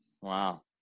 Wow